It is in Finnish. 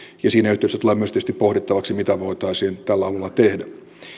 ja siinä yhteydessä tulee tietysti pohdittavaksi myös se mitä voitaisiin tällä alueella tehdä